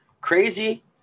Crazy